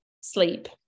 Sleep